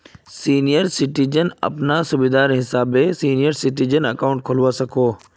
senior citizen अपना सुविधा हिसाबे सीनियर सिटीजन अकाउंट खोलवा सकोह